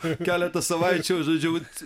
keletą savaičių žodžiu vat